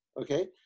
okay